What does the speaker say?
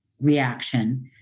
reaction